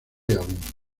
aún